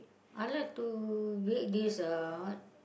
I like to bake this uh what